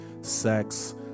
sex